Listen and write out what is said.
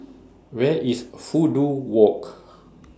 Where IS Fudu Walk